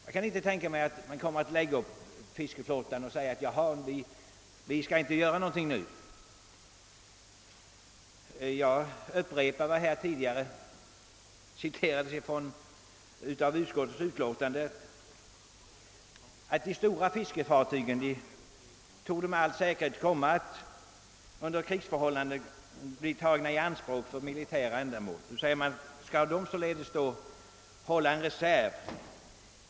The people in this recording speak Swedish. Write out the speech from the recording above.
Jag kan inte tänka mig att man då lägger upp fiskeflottan och säger: »Vi skall inte göra något nu.» Jag upprepar vad som tidigare har citerats från utskottets utlåtande, att de större fiskefartygen under krigsförhållanden kan antas komma att bli tagna i anspråk för militära ändamål. Gentemot detta säger man nu: Skall fiskarna således hålla en reserv?